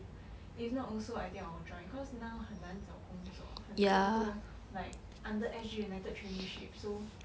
if not also I think I will join cause now 很难找工作很多都 like under S_G united traineeship so